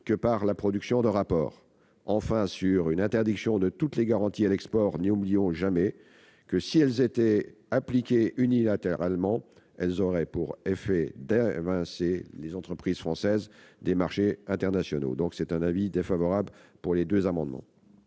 que par la production d'un rapport. Enfin, s'agissant de l'interdiction de toutes les garanties à l'export, n'oublions jamais que si elle était appliquée unilatéralement, elle aurait pour effet d'évincer les entreprises françaises des marchés internationaux. C'est pourquoi la commission est défavorable à ces deux amendements.